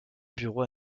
bureau